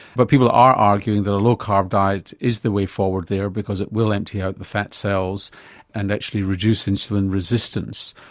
but people are arguing that a low carb diet is the way forward there because it will empty out the fat cells and actually reduce insulin resistance.